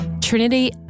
Trinity